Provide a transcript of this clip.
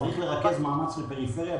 צריך לרכז מאמץ בפריפריה.